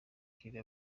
kyle